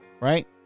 right